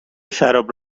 شراب